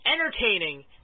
entertaining